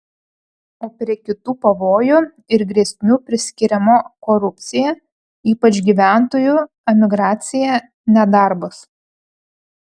o prie kitų pavojų ir grėsmių priskiriama korupcija ypač gyventojų emigracija nedarbas